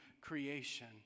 creation